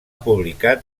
publicat